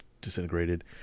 disintegrated